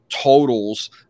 totals